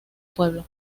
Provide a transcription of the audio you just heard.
pueblo